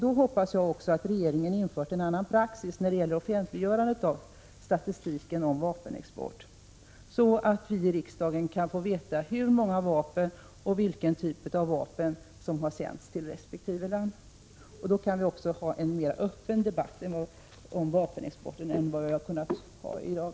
Jag hoppas att regeringen då också har infört en annan praxis när det gäller offentliggörandet av statistiken beträffande vapenexport, så att vi i riksdagen kan få veta hur många vapen och vilken typ av vapen som har sänts till resp. land. Då kan vi också ha en mera öppen debatt om vapenexporten än vad vi har kunnat ha i dag.